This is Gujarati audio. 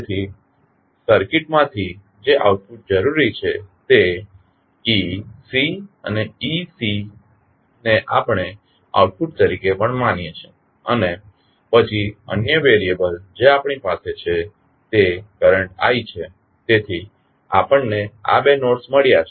તેથી સર્કિટ માંથી જે આઉટપુટ જરૂરી છે તે ec છે તેથી ec ને આપણે આઉટપુટ તરીકે પણ માનીએ છીએ અને પછી અન્ય વેરીએબલ જે આપણી પાસે છે તે કરંટ i છે તેથી આપણને આ બે નોડસ મળ્યાં છે